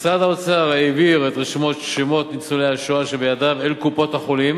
משרד האוצר העביר את רשימות שמות ניצולי השואה שבידיו אל קופות-החולים